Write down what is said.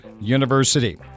University